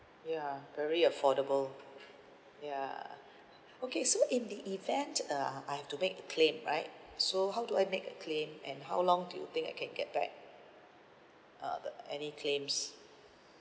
ya very affordable ya okay so in the event uh I have to make a claim right so how do I make a claim and how long do you think I can get back uh the any claims